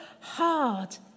hard